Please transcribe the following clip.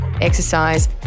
exercise